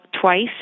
twice